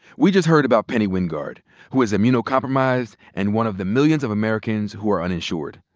we just heard about penny wingard who is immunocompromised and one of the millions of americans who are uninsured,